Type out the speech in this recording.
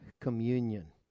communion